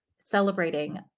celebrating